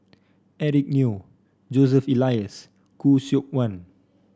Eric Neo Joseph Elias Khoo Seok Wan